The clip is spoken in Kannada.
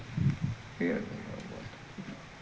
ಈ